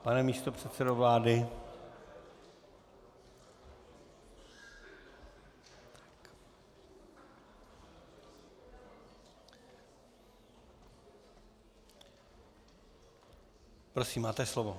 Pane místopředsedo vlády, prosím, máte slovo.